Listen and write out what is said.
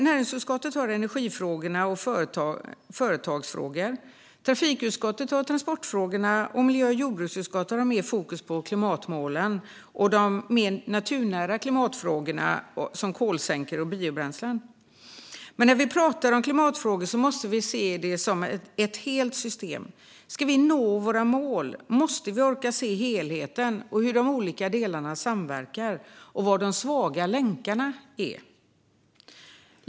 Näringsutskottet har energifrågor och företagsfrågor, trafikutskottet har transportfrågorna och miljö och jordbruksutskottet har mer fokus på klimatmålen och de mer naturnära klimatfrågorna som kolsänkor och biobränslen. Men när vi pratar om klimatfrågor måste vi se det som ett helt system. Ska vi nå våra mål måste vi orka se helheten, hur de olika delarna samverkar och var de svaga länkarna är.